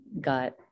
got